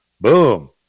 boom